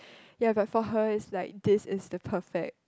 ya but for her is like this is the perfect